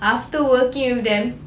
after working with them